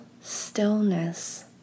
stillness